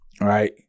right